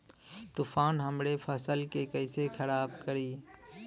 तूफान हमरे फसल के कइसे खराब करी?